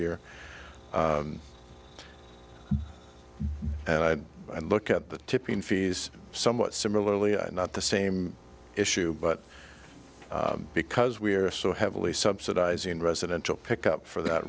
year and i'd look at the tipping fees somewhat similarly not the same issue but because we are so heavily subsidizing residential pickup for that